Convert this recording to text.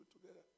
together